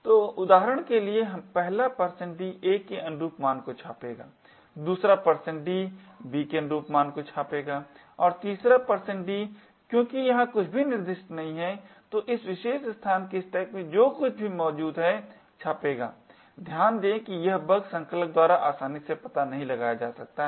तो उदाहरण के लिए पहला d a के अनुरूप मान को छापेगा दूसरा d b के अनुरूप मान को छापेगा और तीसरा d क्योंकि यहाँ कुछ भी निर्दिष्ट नहीं है तो इस विशेष स्थान के स्टैक में जो कुछ भी मौजूद है छापेगा ध्यान दें कि यह बग संकलक द्वारा आसानी से पता नहीं लगाया जा सकता है